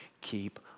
keep